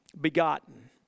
begotten